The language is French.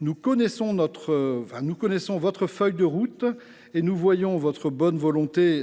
Nous connaissons votre feuille de route et nous voyons votre bonne volonté.